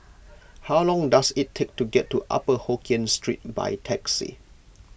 how long does it take to get to Upper Hokkien Street by taxi